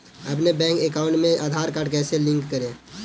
अपने bank account में Aadhaar card कैसे लिंक करें?